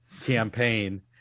campaign